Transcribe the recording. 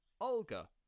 Olga